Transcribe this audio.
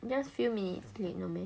you just few minutes late no meh